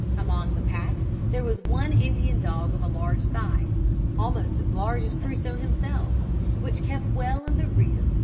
among the pack there was one indian dog of large size almost as large as crusoe himself which kept well in the rear,